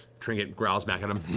trinket growls back at him.